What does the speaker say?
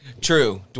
True